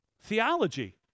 theology